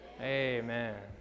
Amen